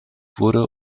wurde